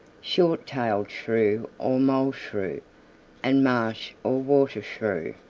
short-tailed shrew or mole shrew and marsh or water shrew.